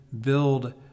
build